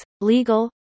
legal